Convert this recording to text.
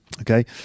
Okay